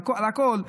על הכול,